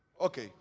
Okay